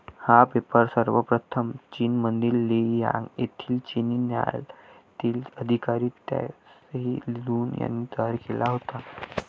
हा पेपर सर्वप्रथम चीनमधील लेई यांग येथील चिनी न्यायालयातील अधिकारी त्साई लुन यांनी तयार केला होता